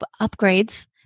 upgrades